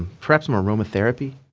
perhaps some aromatherapy?